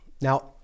Now